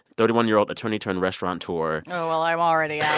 thirty one year old attorney-turned-restaurateur. oh, well, i'm already out